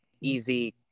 easy